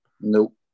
Nope